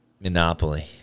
Monopoly